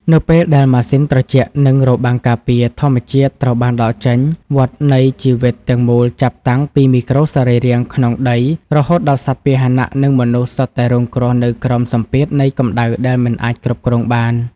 នៅពេលដែល ម៉ាស៊ីនត្រជាក់ និងរបាំងការពារ ធម្មជាតិត្រូវបានដកចេញ វដ្តនៃជីវិតទាំងមូលចាប់តាំងពីមីក្រូសរីរាង្គក្នុងដី រហូតដល់សត្វពាហនៈ និងមនុស្ស សុទ្ធតែរងគ្រោះនៅក្រោមសម្ពាធនៃកម្ដៅដែលមិនអាចគ្រប់គ្រងបាន។